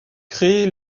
créé